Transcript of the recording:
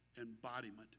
embodiment